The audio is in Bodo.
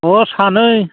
अह सानै